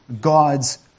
God's